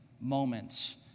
moments